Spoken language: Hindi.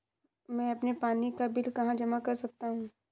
मैं अपने पानी का बिल कहाँ जमा कर सकता हूँ?